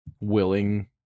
willing